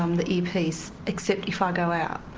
um the earpiece except if i go out.